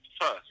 first